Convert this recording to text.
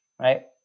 right